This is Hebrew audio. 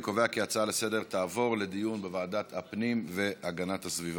אני קובע כי ההצעה לסדר-היום תעבור לדיון בוועדת הפנים והגנת הסביבה.